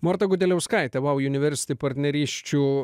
morta gudeliauskaitė vau universiti partnerysčių